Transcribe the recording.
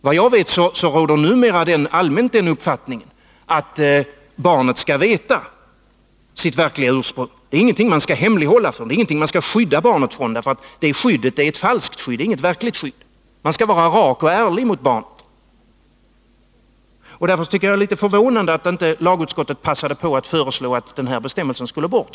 Vad jag vet råder numera allmänt den uppfattningen att barnet skall känna till sitt verkliga ursprung. Det är ingenting man skall hemlighålla, det är ingenting man skall skydda barnet för, därför att ett sådant skydd är ett falskt skydd — det är inget verkligt skydd. Man skall vara rak och ärlig mot barnet. Då är det förvånande att lagutskottet inte passade på att föreslå att den här bestämmelsen skulle bort.